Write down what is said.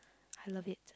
I love it